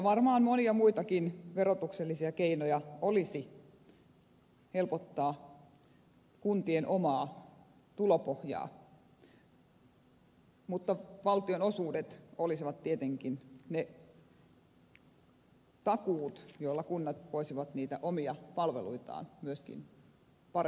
varmaan monia muitakin verotuksellisia keinoja olisi helpottaa kuntien omaa tulopohjaa mutta valtionosuudet olisivat tietenkin ne takuut joilla kunnat voisivat niitä omia palveluitaan myöskin paremmin järjestää